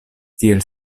tiel